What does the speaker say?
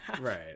Right